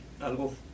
Algo